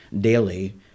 daily